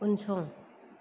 उनसं